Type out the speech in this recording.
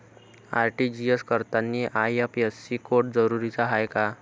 RTGS करतांनी IFSC code जरुरीचा हाय का?